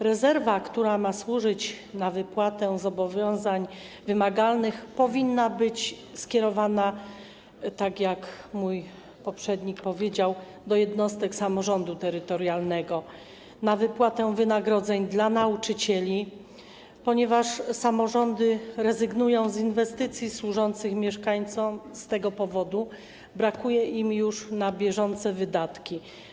Rezerwa, która ma służyć do wypłaty zobowiązań wymagalnych, powinna być skierowana, tak jak mój poprzednik powiedział, do jednostek samorządu terytorialnego na wypłatę wynagrodzeń dla nauczycieli, ponieważ samorządy rezygnują z inwestycji służących mieszkańcom z tego powodu, brakuje im już na bieżące wydatki.